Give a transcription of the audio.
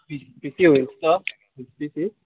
P C वयल्स P C